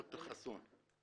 ד"ר חסון,